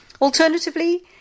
Alternatively